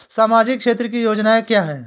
सामाजिक क्षेत्र की योजनाएँ क्या हैं?